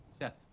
Seth